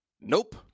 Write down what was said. Nope